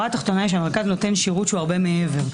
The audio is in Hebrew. המרכז נותן שירות שהוא הרבה מעבר.